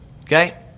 Okay